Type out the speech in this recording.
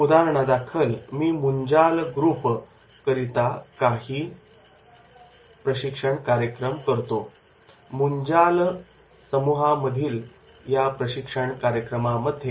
उदाहरणादाखल मी मुंजाल ग्रुप करता काही प्रशिक्षण कार्यक्रम करतो